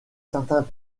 certains